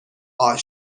are